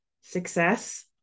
success